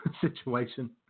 situation